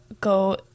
go